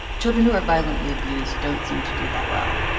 children who were violently abused don't seem to do that well.